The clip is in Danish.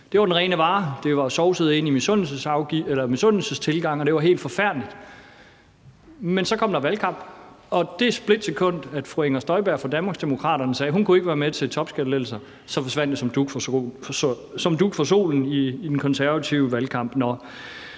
Det var den rene vare; topskatten var sovset ind i misundelsetilgange, og det var helt forfærdeligt. Men så kom der valgkamp, og i det splitsekund at fru Inger Støjberg fra Danmarksdemokraterne sagde, at hun kunne ikke være med til topskattelettelser, så forsvandt det som dug for solen i den konservative valgkamp